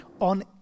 on